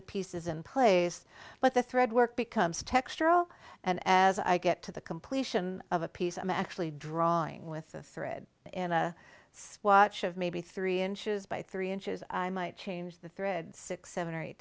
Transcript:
the pieces in place but the thread work becomes textural and as i get to the completion of a piece i'm actually drawing with the thread in a swatch of maybe three inches by three inches i might change the thread six seven or eight